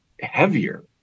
heavier